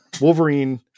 Wolverine